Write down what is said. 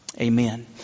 Amen